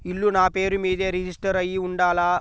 ఇల్లు నాపేరు మీదే రిజిస్టర్ అయ్యి ఉండాల?